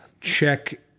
Check